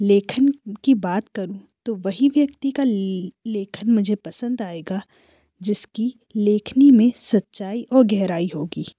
लेखन की बात करूँ तो वही व्यक्ति का लेखन मुझे पसंद आएगा जिसकी लेखनी में सच्चाई और गहराई होगी